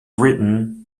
written